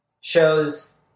shows